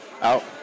Out